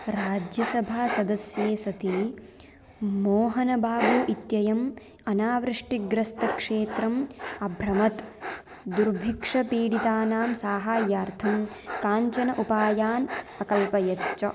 राज्यसभासदस्ये सति मोहन बाबु इत्ययम् अनावृष्टिग्रस्तक्षेत्रम् अभ्रमत् दुर्भिक्षपीडितानां साहाय्यार्थं काञ्चन उपायान् अकल्पयत् च